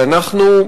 שאנחנו,